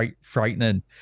frightening